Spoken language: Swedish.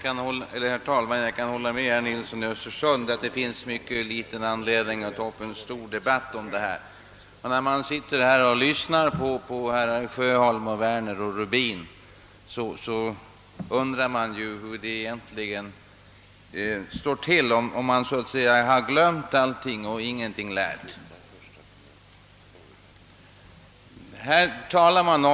Herr talman! Jag kan hålla med herr Nilsson i Östersund om att det inte finns stor anledning att ta upp en omfattande debatt kring denna fråga. När man lyssnar på herrar Sjöholm, Werner och Rubin undrar man om de har glömt allting och inte lärt någonting.